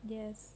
yes